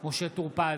משה טור פז,